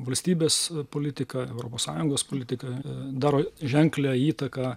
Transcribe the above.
valstybės politika europos sąjungos politika daro ženklią įtaką